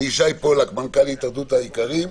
לישי פולק, מנכ"ל התאחדות האיכרים: